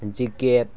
jacket